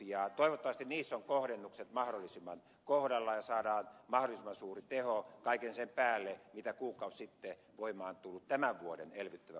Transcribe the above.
toivottavasti niissä ovat kohdennukset mahdollisimman kohdallaan ja saadaan mahdollisimman suuri teho kaiken sen päälle mitä kuukausi sitten voimaan tullut tämän vuoden elvyttävä budjetti jo antaa